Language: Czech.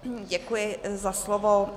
Děkuji za slovo.